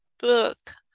book